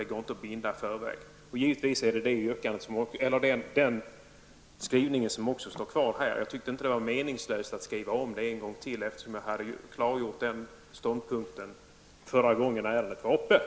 Det går inte att binda något sådant i förväg. Den skrivningen gäller även nu. Jag tyckte att det var meningslöst att skriva in det en gång till. Jag klargjorde den ståndpunkten förra gången som ärendet diskuterades.